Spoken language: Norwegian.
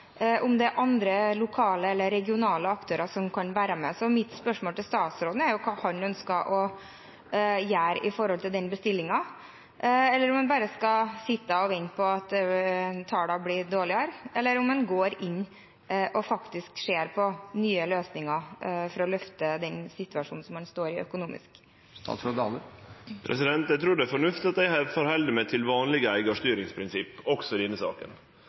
om det er andre lokale eller regionale aktører som kan være med. Mitt spørsmål til statsråden er hva han ønsker å gjøre med den bestillingen. Kommer han bare til å sitte og vente på at tallene blir dårligere, eller kommer han til å gå inn og se på nye løsninger for å løfte den økonomiske situasjonen man står i? Eg trur det er fornuftig at eg held meg til vanlege eigarstyringsprinsipp også i denne saka.